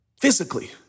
physically